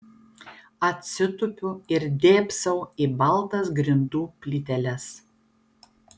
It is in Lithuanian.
atsitupiu ir dėbsau į baltas grindų plyteles